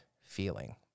feeling